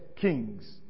kings